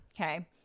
Okay